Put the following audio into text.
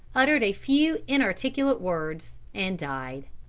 uttered a few inarticulate words, and died.